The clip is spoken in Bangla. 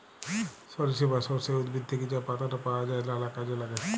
সরিষা বা সর্ষে উদ্ভিদ থ্যাকে যা পাতাট পাওয়া যায় লালা কাজে ল্যাগে